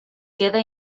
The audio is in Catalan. queda